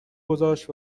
گذاشت